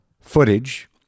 footage